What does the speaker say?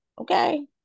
Okay